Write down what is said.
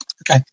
Okay